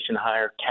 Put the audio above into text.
higher